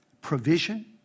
provision